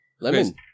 lemon